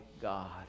God